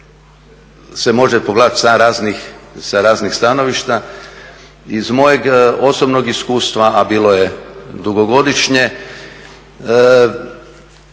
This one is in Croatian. se može pogledati sa raznih stanovišta. Iz mojeg osobnog iskustva, a bilo je dugogodišnje,